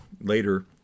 later